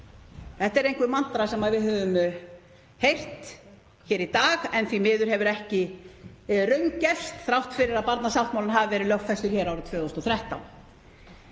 Þetta er einhver mantra sem við höfum heyrt hér í dag en hefur því miður ekki raungerst þrátt fyrir að barnasáttmálinn hafi verið lögfestur hér árið 2013.